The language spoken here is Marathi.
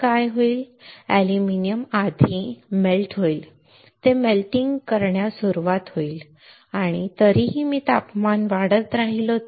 काय होईल अॅल्युमिनियम आधी वितळेल ते मेल्टिंग सुरवात होईल आणि मी तरीही तापमान वाढवत राहिलो तर